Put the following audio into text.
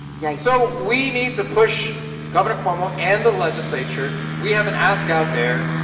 yeah so, we need to push governor cuomo and the legislature. we have an ask out there.